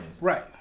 Right